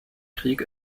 krieg